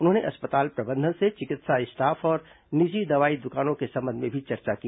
उन्होंने अस्पताल प्रबंधन से चिकित्सा स्टाफ और निजी दवाई दुकानों के संबंध में भी चर्चा की